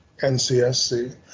NCSC